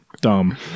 dumb